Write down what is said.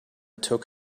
took